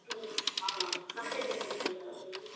हँ कतेक नीक लागैया